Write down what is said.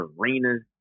arenas